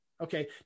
okay